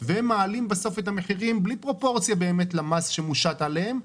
מעלים את המחיר בלי פרופורציה למס שמוטל עליהם,